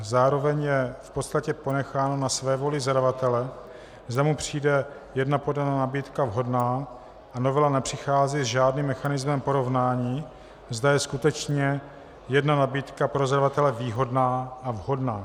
Zároveň je v podstatě ponecháno na svévoli zadavatele, zda mu přijde jedna podaná nabídka vhodná, a novela nepřichází s žádným mechanismem porovnání, zda je skutečně jedna nabídka pro zadavatele výhodná a vhodná.